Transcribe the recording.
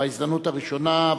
בהזדמנות הראשונה,